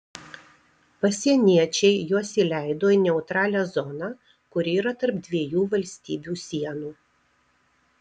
pasieniečiai juos įleido į neutralią zoną kuri yra tarp dviejų valstybių sienų